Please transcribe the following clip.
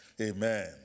Amen